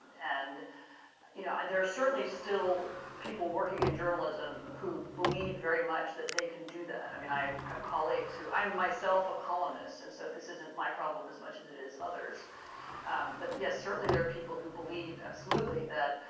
and you know, there are certainly still people working in journalism who believe very much that they can do that. i mean i have colleagues who, i'm myself a columnist. and so this isn't my problem as much as it is others but yes, certainly there are people that believe absolutely that,